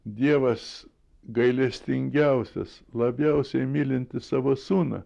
dievas gailestingiausias labiausiai mylintis savo sūnų